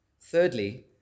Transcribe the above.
Thirdly